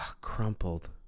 Crumpled